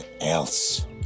else